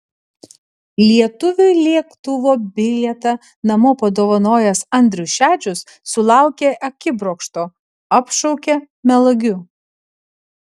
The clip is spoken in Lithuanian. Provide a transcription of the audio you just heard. lietuviui lėktuvo bilietą namo padovanojęs andrius šedžius sulaukė akibrokšto apšaukė melagiu